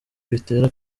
bitera